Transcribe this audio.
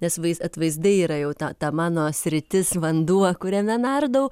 nes vais atvaizdai yra jau ta ta mano sritis vanduo kuriame nardau